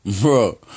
Bro